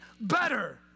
better